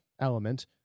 element